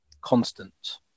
constant